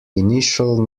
initial